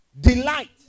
Delight